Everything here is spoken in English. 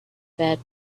bed